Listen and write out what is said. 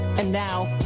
and now,